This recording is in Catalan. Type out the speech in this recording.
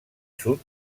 sud